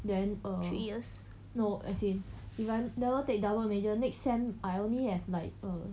then err no as in if I never take double major next sem I only have like err